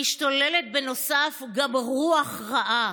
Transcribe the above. משתוללת בנוסף גם רוח רעה,